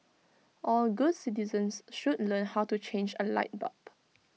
all good citizens should learn how to change A light bulb